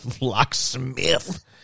Locksmith